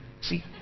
See